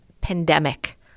pandemic